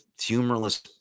humorless